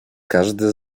każdy